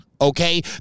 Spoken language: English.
Okay